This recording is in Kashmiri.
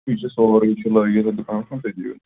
یہِ چھُ سورُے یہِ چھُ لٲگِتھ تتہِ دُکانَس پیٚٹھ تتی بنہِ